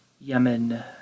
Yemen